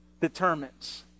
determines